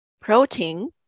protein